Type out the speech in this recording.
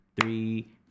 three